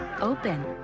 open